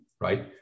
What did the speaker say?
right